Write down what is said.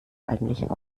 eigentlich